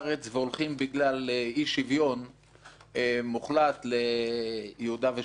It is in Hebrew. והולכים בגלל אי-שוויון מוחלט ליהודה ושומרון.